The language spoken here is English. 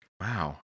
wow